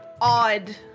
odd